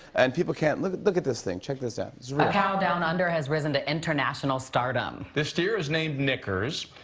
and people can't look look at this thing. check this out. a cow down under has risen to international stardom. the steer is named knickers.